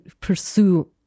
pursue